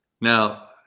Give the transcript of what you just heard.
Now